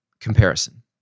comparison